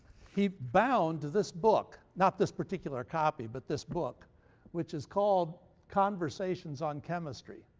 he bound this book not this particular copy but this book which is called conversations on chemistry.